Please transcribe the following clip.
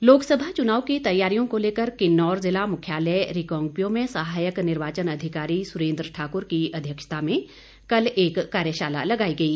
कार्यशाला लोकसभा चुनाव की तैयारियों को लेकर किन्नौर जिला मुख्यालय रिकांगपिओ में सहायक निर्वाचन अधिकारी सुरेन्द्र ठाक्र की अध्यक्षता में कल एक कार्यशाला लगाई गई